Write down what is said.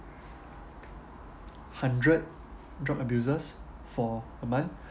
hundred drug abusers for a month